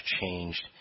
changed